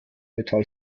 metall